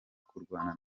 kurwana